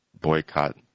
boycott